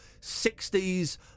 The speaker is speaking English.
60s